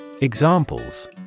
Examples